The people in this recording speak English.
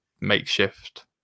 makeshift